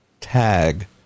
tag